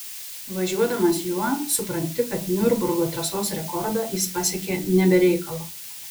važiuodamas juo supranti kad niurburgo trasos rekordą jis pasiekė ne be reikalo